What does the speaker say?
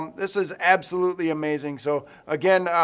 this is absolutely amazing. so again,